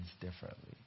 differently